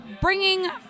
Bringing